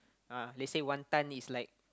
uh let's say one tonne is like